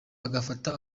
agafata